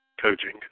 coaching